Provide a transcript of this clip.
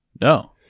No